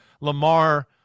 Lamar